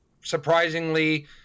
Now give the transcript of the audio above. surprisingly